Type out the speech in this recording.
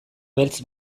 beltz